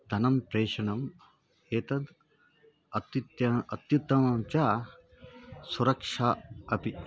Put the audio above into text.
धनं प्रेषणम् एतद् अत्युत्तमम् अत्युत्तमं च सुरक्षा अपि